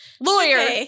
Lawyer